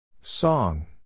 Song